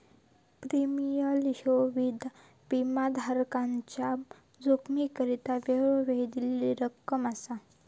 premium ह्यो विमाधारकान त्याच्या जोखमीकरता वेळोवेळी दिलेली रक्कम असा